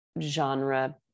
genre